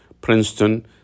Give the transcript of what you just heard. Princeton